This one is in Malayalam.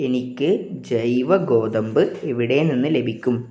എനിക്ക് ജൈവ ഗോതമ്പ് എവിടെ നിന്ന് ലഭിക്കും